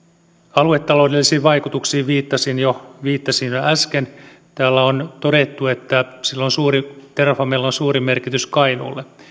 aluetaloudellisiin vaikutuksiin viittasin jo viittasin jo äsken täällä on todettu että terrafamella on suuri merkitys kainuulle